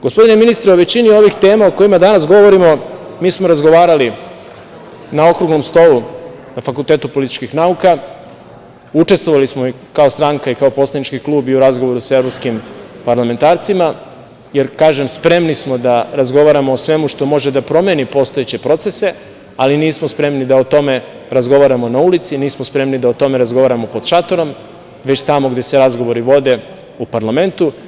Gospodine ministre, u većini ovih tema o kojima danas govorimo, mi smo razgovarali na okruglom stolu na Fakultetu političkih nauka, učestvovali smo kao stranka i kao poslanički klub i u razgovoru sa evropskim parlamentarcima, jer spremni smo da razgovaramo o svemu što može da promeni postojeće procese, ali nismo spremni da o tome razgovaramo na ulici, nismo spremni da o tome razgovaramo pod šatorom, već tamo gde sed razgovori vode, u parlamentu.